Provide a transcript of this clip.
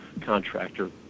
contractor